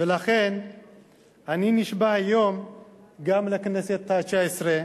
ולכן אני נשבע היום גם לכנסת התשע-עשרה.